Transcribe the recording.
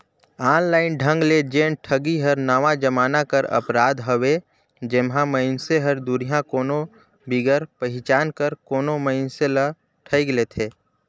online ढंग ले जेन ठगी हर नावा जमाना कर अपराध हवे जेम्हां मइनसे हर दुरिहां कोनो बिगर पहिचान कर कोनो मइनसे ल ठइग लेथे